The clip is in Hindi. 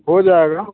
हो जाएगा